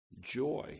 joy